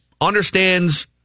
understands